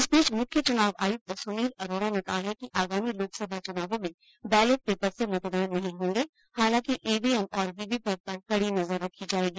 इस बीच मुख्य चुनाव आयुक्त सुनील अरोड़ा ने कहा है कि आगामी लोकसभा चुनावों में बैलेट पैपर से मतदान नहीं होंगे हालांकि ईवीएम और वीवीपैट पर कड़ी नजर रखी जायेगी